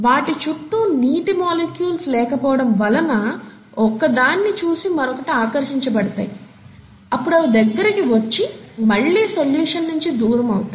వాటి చుట్టూ నీటి మాలిక్యూల్స్ లేకపోవడం వలన ఒకదాని చూసి మరొకటి ఆకర్షించబడతాయి అప్పుడు అవి దగ్గరకు వచ్చి మళ్ళి సొల్యూషన్ నించి దూరం అవుతాయి